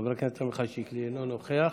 חבר הכנסת עמיחי שיקלי, אינו נוכח,